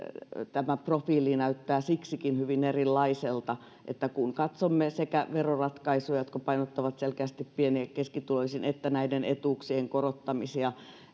tämä profiili näyttää siksikin hyvin erilaiselta että kun katsomme sekä veroratkaisuja jotka painottuvat selkeästi pieni ja keskituloisiin että näiden etuuksien korottamisia